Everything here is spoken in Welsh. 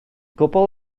gwbl